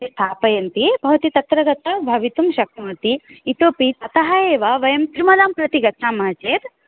ते स्थापयन्ति भवती तत्र गत्वा भवितुं शक्नोति इतोपि अतः एव वयं तिरुमलां प्रति गच्छामः चेत्